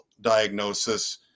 diagnosis